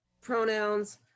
pronouns